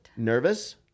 nervous